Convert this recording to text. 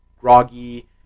groggy